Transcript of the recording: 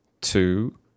two